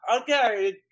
okay